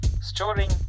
storing